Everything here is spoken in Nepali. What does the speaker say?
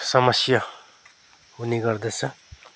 समस्या हुने गर्दछ